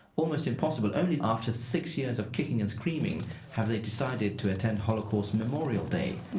almost impossible. only after six years of kicking and screaming have they decided to attend holocaust memorial day.